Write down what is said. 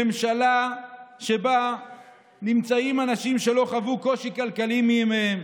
ממשלה שבה נמצאים אנשים שלא חוו קושי כלכלי מימיהם.